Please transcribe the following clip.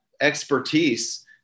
expertise